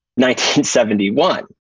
1971